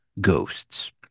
ghosts